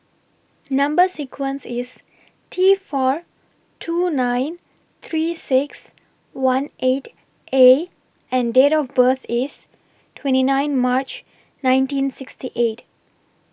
Number sequence IS T four two nine three six one eight A and Date of birth IS twenty nine March nineteen sixty eight